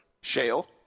Shale